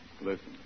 Listen